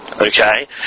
okay